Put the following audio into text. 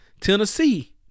Tennessee